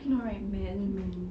I know right men